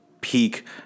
peak